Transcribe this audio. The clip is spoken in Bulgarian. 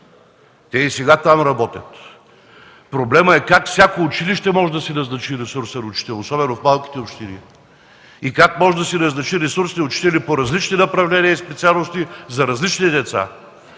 Те и сега там работят. Проблемът е как всяко училище може да си назначи ресурсен учител, особено в малките общини? Как може да си назначи ресурсни учители по различни направления и специалности за различни деца?